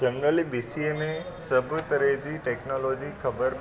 generally B C A में सभ तरह जी टैक्नोलॉजी ख़बर